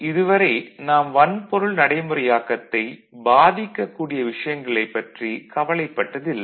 இதுவரை நாம் வன்பொருள் நடைமுறையாக்கத்தைப் பாதிக்கக்கூடிய விஷயங்களைப் பற்றிக் கவலைப்பட்டதில்லை